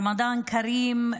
רמדאן כרים,